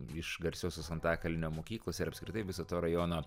iš garsiosios antakalnio mokyklos ir apskritai viso to rajono